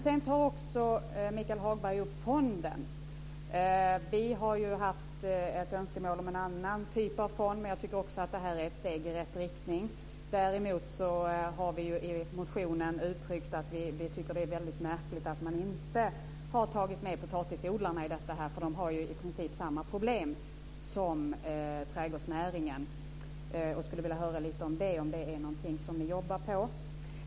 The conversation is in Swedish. Sedan tar Michael Hagberg också upp fonden. Vi har haft ett önskemål om en annan typ av fond, men jag tycker att det här ett steg i rätt riktning. Däremot har vi uttryckt i motionen att vi tycker att det är väldigt märkligt att man inte har tagit med potatisodlarna i detta. De har i princip samma problem som trädgårdsnäringen. Jag skulle vilja höra om det är någonting som ni jobbar på.